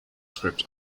script